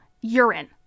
urine